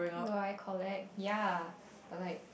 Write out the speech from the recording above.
no I collect ya but like